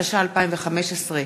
התשע"ו 2015,